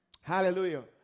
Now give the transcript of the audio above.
Hallelujah